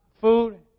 food